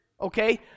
Okay